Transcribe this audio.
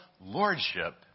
lordship